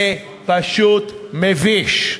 זה פשוט מביש.